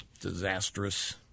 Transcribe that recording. disastrous